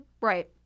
right